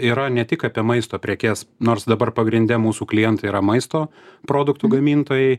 yra ne tik apie maisto prekes nors dabar pagrinde mūsų klientai yra maisto produktų gamintojai